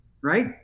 right